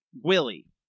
Willie